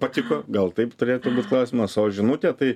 patiko gal taip turėtų būt klausimas o žinutė tai